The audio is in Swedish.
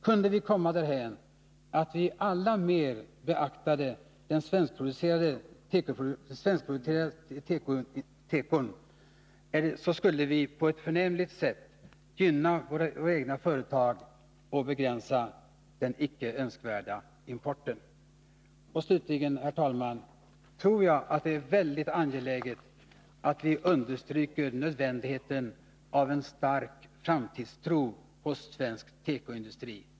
Kunde vi komma därhän att vi alla mer beaktade de svensktillverkade tekoprodukterna, skulle vi på ett förnämligt sätt gynna våra egna företag och begränsa den icke önskvärda importen. Slutligen tror jag, herr talman, att det är mycket angeläget att vi understryker nödvändigheten av en stark framtidstro hos svensk tekoindustri.